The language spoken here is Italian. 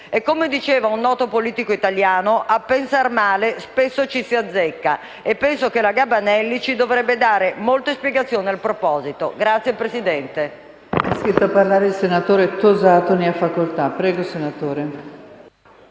Come diceva un noto politico italiano: a pensar male spesso ci si azzecca. E penso che la Gabanelli ci dovrebbe dare molte spiegazioni in proposito.